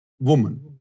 woman